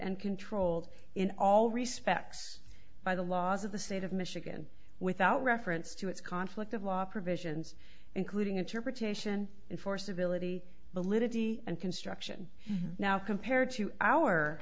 and controlled in all respects by the laws of the state of michigan without reference to its conflict of law provisions including interpretation enforceability the liberty and construction now compared to our